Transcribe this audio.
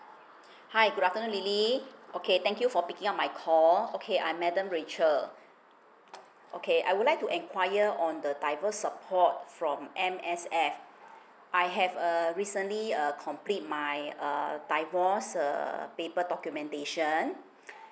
hi good afternoon lily okay thank you for picking up my call okay I madam rachel okay I would like to enquire on the divorce support from M_S_F I have err recently err complete my err divorce err paper documentation